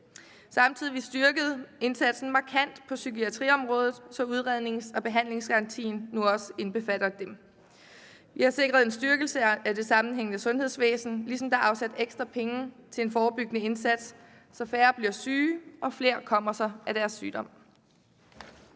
Samtidig har vi styrket indsatsen markant på psykiatriområdet, så udrednings- og behandlingsgarantien nu også omfatter dette område. Vi har sikret en styrkelse af det sammenhængende sundhedsvæsen, ligesom der er afsat ekstra penge til en forebyggende indsats, så færre bliver syge, og flere kommer sig af deres sygdom.